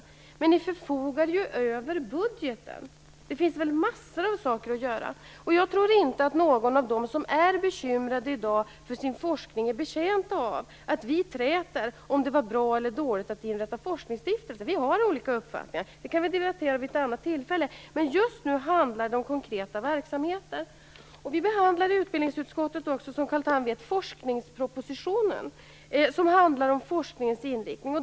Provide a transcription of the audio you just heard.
Men regeringen förfogade ju över budgeten. Det finns väl massor av saker att göra? Jag tror inte att någon av dem som i dag är bekymrade för sin forskning är betjänt av att vi träter om ifall det var bra eller dåligt att inrätta forskningsstiftelser. Vi har olika uppfattningar, så det kan vi debattera vid ett annat tillfälle. Men just nu handlar det om konkreta verksamheter. I utbildningsutskottet behandlar vi också, som Carl Tham vet, forskningspropositionen, som handlar om forskningens inriktning.